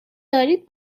دارید